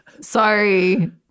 sorry